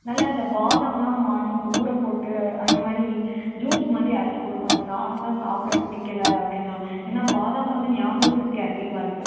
நல்லா இந்த பாதாமெலாம் மார்னிங் ஊற போட்டு அந்த மாதிரி ஜூஸ் மாதிரி அரைத்து கொடுங்க அவங்க நார்மலாக சாப்பிட பிடிக்கல அப்படின்னா ஏன்னால் பாதாம் வந்து ஞாபக சக்தி அதிகமாக இருக்குது